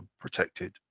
protected